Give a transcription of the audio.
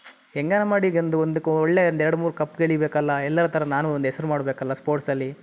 ಹೇಗಾರ ಮಾಡಿ ಎಂದು ಒಂದು ಒಳ್ಳೆಯ ಒಂದು ಎರಡು ಮೂರು ಕಪ್ ಗೆಲ್ಲಬೇಕಲ್ಲ ಎಲ್ಲರ ಥರ ನಾನೂ ಒಂದು ಹೆಸರು ಮಾಡಬೇಕಲ್ಲ ಸ್ಪೋರ್ಟ್ಸಲ್ಲಿ